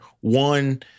one